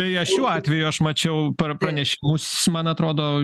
beje šiuo atveju aš mačiau par pranešimus man atrodo